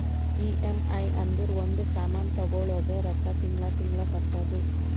EMI ಅಂದುರ್ ಒಂದ್ ಸಾಮಾನ್ ತಗೊಳದು ರೊಕ್ಕಾ ತಿಂಗಳಾ ತಿಂಗಳಾ ಕಟ್ಟದು